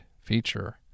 feature